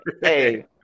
Hey